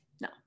no